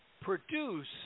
produce